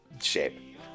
shape